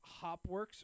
Hopworks